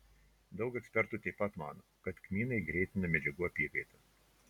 daug ekspertų taip pat mano kad kmynai greitina medžiagų apykaitą